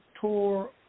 tour